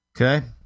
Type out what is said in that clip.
Okay